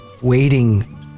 waiting